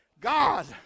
God